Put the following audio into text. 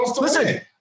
Listen